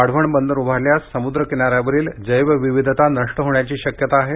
वाढवण बंदर उभारल्यास समुद्र किनाऱ्यावरील जैवविविधता नष्ट होण्याची शक्यता आहे